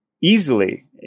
easily